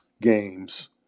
games